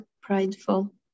prideful